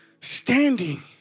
standing